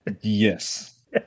Yes